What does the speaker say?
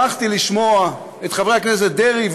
שלשמחתי שמעתי את חברי הכנסת דרעי,